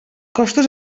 costos